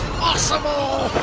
possible?